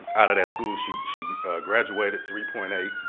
outta that school, she she graduated three point eight,